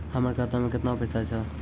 हमर खाता मैं केतना पैसा छह?